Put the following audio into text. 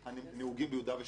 הנהוגים ביהודה ושומרון,